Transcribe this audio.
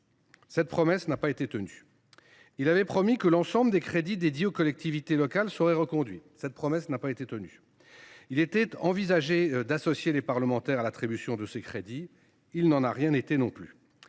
Cette promesse n’a pas été tenue. Il avait promis que l’ensemble des crédits dédits aux collectivités locales serait reconduit. Cette promesse, là encore, n’a pas été tenue. Il était aussi envisagé d’associer les parlementaires à l’attribution de ces crédits. Il n’en a rien été non plus…